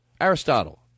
Aristotle